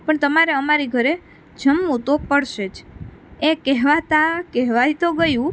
પણ તમારે અમારી ઘરે જમવું તો પડશે જ એ કહેવાતાં કહેવાઈ તો ગયું